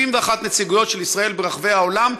71 נציגויות של ישראל ברחבי העולם,